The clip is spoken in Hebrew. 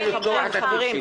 אתה רציני?